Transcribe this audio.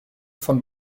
von